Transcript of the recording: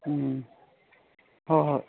ꯎꯝ ꯍꯣꯏ ꯍꯣꯏ